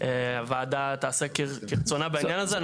הוועדה תעשה כרצונה בעניין הזה.